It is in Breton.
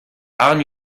warn